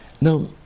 Now